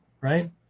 right